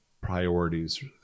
priorities